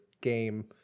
game